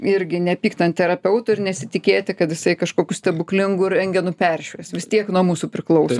irgi nepykt ant terapeuto ir nesitikėti kad jisai kažkokiu stebuklingu rentgenu peršvies vis tiek nuo mūsų priklauso